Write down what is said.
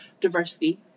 diversity